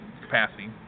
capacity